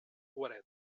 guaret